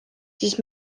siis